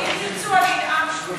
אם תרצו, אני אנאם שוב.